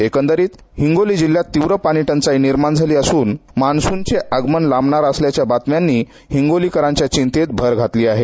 एकंदरीत हिंगोली जिल्हयात तिव्र पाणी टंचाई निर्माण झाली असून मान्सूनचे आगमान लांबणार असल्याच्या बातम्यांनी हिणगोली करांच्या चिमतेत भर घातली आहे